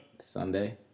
Sunday